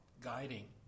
guiding